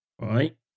right